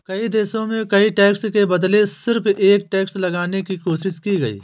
कई देशों में कई टैक्स के बदले सिर्फ एक टैक्स लगाने की कोशिश की गयी